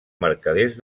mercaders